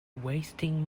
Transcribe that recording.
wasting